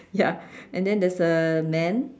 ya and then there's a man